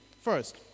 first